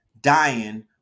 dying